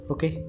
Okay